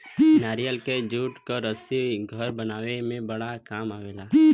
नारियल के जूट क रस्सी घर बनावे में बड़ा काम आवला